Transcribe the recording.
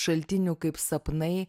šaltinių kaip sapnai